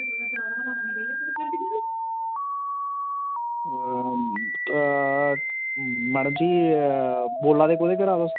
और हा मैडम जी बोल्ला दे कुदे घरा ओह् तुस